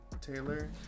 Taylor